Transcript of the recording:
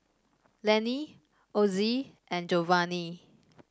Lenny Ossie and Jovanni